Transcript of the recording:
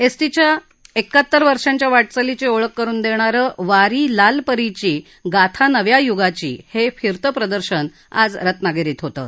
एसटीच्या एकाहत्तर वर्षांच्या वाटचालीची ओळख करून देणारं वारी लाल परीची गाथा नव्या युगाची हे फिरतं प्रदर्शन आज रत्नागिरीत होतं